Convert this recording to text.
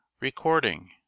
Recording